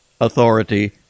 authority